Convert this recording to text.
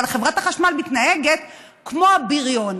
אבל חברת החשמל מתנהגת כמו הבריון.